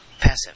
passive